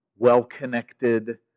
Well-connected